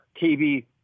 TV